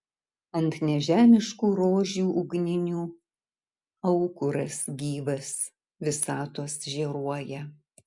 ant nežemiškų rožių ugninių aukuras gyvas visatos žėruoja